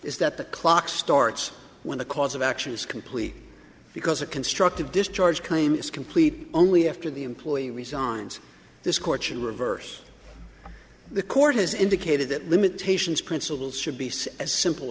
is that the clock starts when the cause of action is complete because a constructive discharge came is complete only after the employee resigns this court should reverse the court has indicated that limitations principles should be set as simple